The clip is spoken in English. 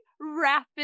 rapid